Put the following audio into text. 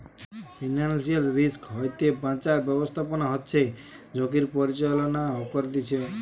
financial risk হইতে বাঁচার ব্যাবস্থাপনা হচ্ছে ঝুঁকির পরিচালনা করতিছে